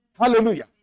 Hallelujah